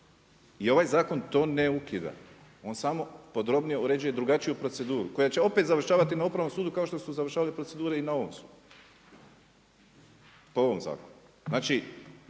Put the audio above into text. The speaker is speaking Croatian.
I ovaj zakon to ne ukida, on samo podrobnije uređuje drugačiju proceduru koja će opet završavati na Upravnom sudu kao što su kao što su završavale procedure i na ovom sudu. Po ovom zakonu.